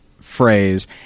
phrase